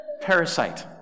parasite